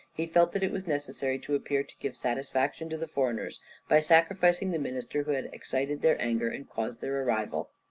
he felt that it was necessary to appear to give satisfaction to the foreigners by sacrificing the minister who had excited their anger and caused their arrival.